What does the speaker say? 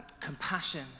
compassion